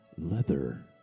Leather